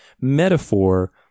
metaphor